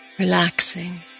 Relaxing